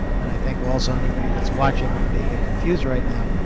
and i think also anybody that's watching that may be confused right now,